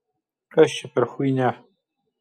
kas čia per chuinia